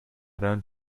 don’t